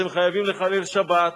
אתם חייבים לחלל שבת,